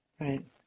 Right